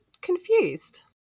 confused